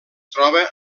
troba